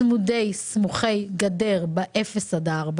שנרתמו וקיבלו את רוב הדרישות של חברי הוועדה לעוטף עזה עד 40